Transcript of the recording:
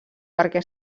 perquè